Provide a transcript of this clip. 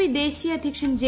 P ദേശീയ അധ്യക്ഷൻ J